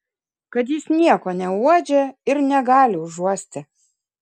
kad jis nieko neuodžia ir negali užuosti